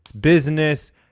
business